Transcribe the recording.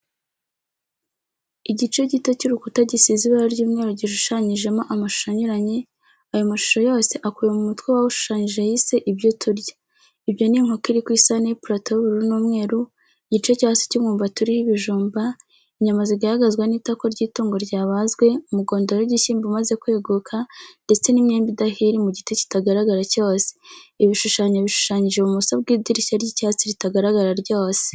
Igice gito cy'urukuta gisize ibara ry'umweru gishushanyijemo amashusho anyuranye. Ayo mashusho yose akubiye mu mutwe uwashushanyise yise, ibiryo turya. Ibyo ni inkoko iri ku isahani y'ipulato y'ubururu n'umweru, igice cyo hasi cy'umwumbati uriho ibijumba, inyama zigaragazwa n'itako ry'itungo ryabazwe, umugondoro w'igishyimbo umaze kweguka, ndetse n'imyembe idahiye iri mu giti kitagaragara cyose. Ibi bishushanyo bishushanyije ibumoso bw'idirishya ry'icyatsi, ritagaragara ryose.